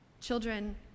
Children